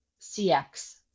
cx